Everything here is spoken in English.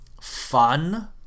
fun